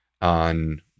on